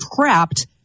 trapped